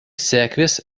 sekvis